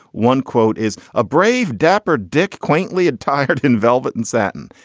one quote is a brave, dapper dick, quaintly attired in velvet and satin.